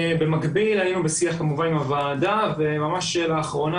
במקביל היינו בשיח עם הוועדה וממש לאחרונה,